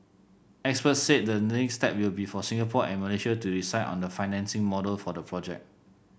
experts said the next step will be for Singapore and Malaysia to decide on the financing model for the project